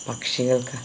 പക്ഷികള്ക്ക്